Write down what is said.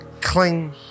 cling